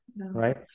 right